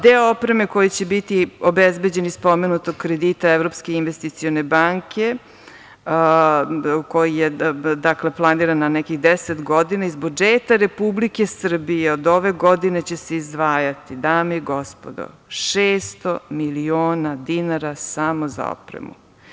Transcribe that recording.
Deo opreme koji će biti obezbeđen iz pomenutog kredita Evropske investicione banke, koji je planiran na nekih 10 godina, iz budžeta Republike Srbije od ove godine će se izdvajati, dame i gospodo, 600 miliona dinara samo za opremu.